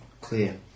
clear